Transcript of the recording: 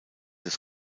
des